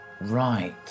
Right